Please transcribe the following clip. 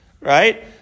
right